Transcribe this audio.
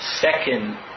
second